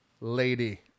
lady